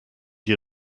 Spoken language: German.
die